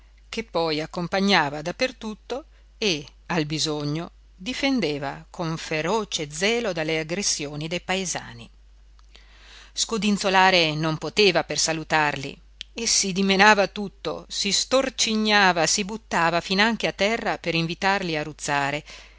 che poi accompagnava da per tutto e al bisogno difendeva con feroce zelo dalle aggressioni dei paesani scodinzolare non poteva per salutarli e si dimenava tutto si storcignava si buttava finanche a terra per invitarli